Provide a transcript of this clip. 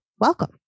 Welcome